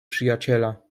przyjaciela